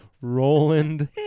Roland